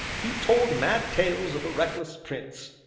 he told mad tales of a reckless prince,